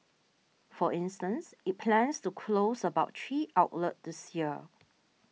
for instance it plans to close about three outlets this year